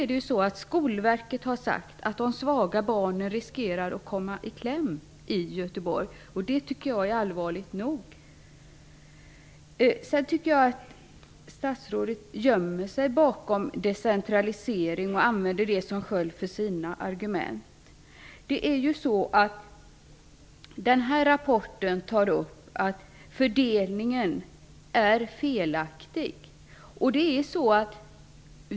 Skolverket har sagt att de svaga barnen riskerar att komma i kläm i Göteborg. Det tycker jag är allvarligt nog. Jag tycker att statsrådet gömmer sig bakom decentraliseringen och använder den som sköld för sina argument. Den här rapporten tar upp att fördelningen är felaktig.